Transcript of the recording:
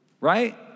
right